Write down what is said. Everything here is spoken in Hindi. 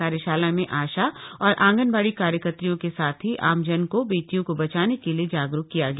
कार्यशाला में आशा और आंगनबाड़ी कार्यकत्रियों के साथ ही आमजन को बेटियों को बचाने के लिए जागरूक किया गया